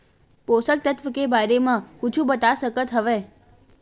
पोषक तत्व के बारे मा कुछु बता सकत हवय?